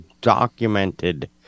documented